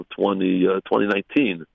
2019